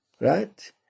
Right